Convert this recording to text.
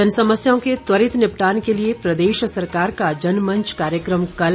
जनसमस्याओं के त्वरित निपटान के लिए प्रदेश सरकार का जनमंच कार्यक्रम कल